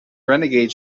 renegade